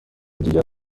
دیگر